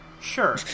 sure